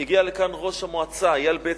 הגיע לכאן ראש המועצה אייל בצר,